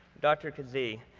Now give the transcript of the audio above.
dr. kazee,